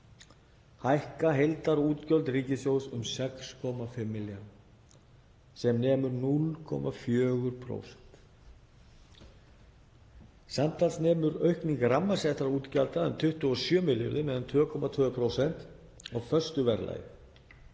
hækka heildarútgjöld ríkissjóðs um 6,5 milljarða, sem nemur 0,4%. Samtals nemur aukning rammasettra útgjalda um 27 milljörðum eða um 2,2% á föstu verðlagi,